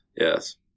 Yes